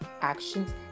Actions